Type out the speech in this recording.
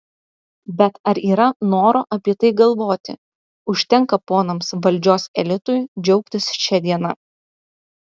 bet ar yra noro apie tai galvoti užtenka ponams valdžios elitui džiaugtis šia diena